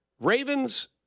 Ravens